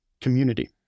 Community